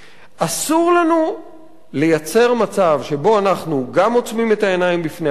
אסור לנו לייצר מצב שבו אנחנו גם עוצמים את העיניים בפני הבית,